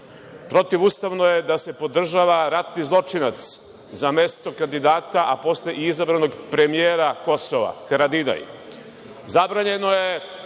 Protivustavno je da se podržava ratni zločinac za mesto kandidata, a posle izabranog premijera Kosova, Haradinaj.